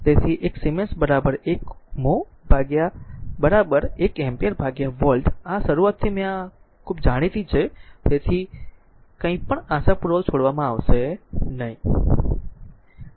તેથી 1 siemens 1 mho 1 ampere ભાગ્યા volt આ શરૂઆતથી મેં આ વસ્તુ ખૂબ જ જાણીતી છે કે જેથી કંઇપણ આશાપૂર્વક છોડવામાં આવશે નહીં ખરું